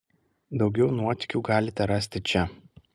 daugiau nuotykių galite rasti čia